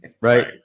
Right